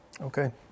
Okay